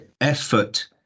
effort